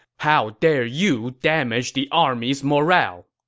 how dare you damage the army's morale!